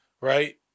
right